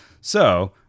So-